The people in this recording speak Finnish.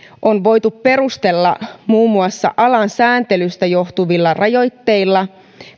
on voitu perustella muun muassa alan sääntelystä johtuvilla rajoitteilla